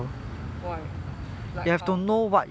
why like how